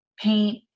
paint